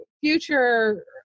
future